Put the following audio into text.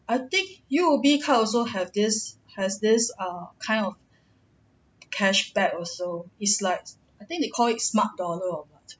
I think U_O_B card also have this has this err kind of cashback also it's like I think they call it smart dollar or